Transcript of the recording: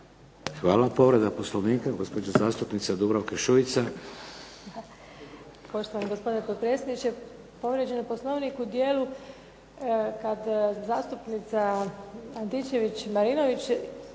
Hvala. Povreda Poslovnika, gospođa zastupnica Dubravka Šuica.